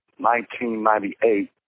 1998